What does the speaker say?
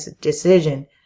decision